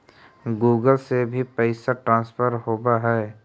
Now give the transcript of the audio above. Google से भी पैसा ट्रांसफर होवहै?